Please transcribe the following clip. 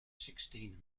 sixteen